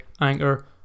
Anchor